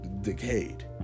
decayed